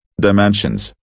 dimensions